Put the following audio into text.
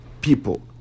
people